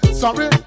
sorry